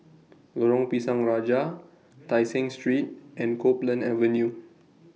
Lorong Pisang Raja Tai Seng Street and Copeland Avenue